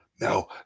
Now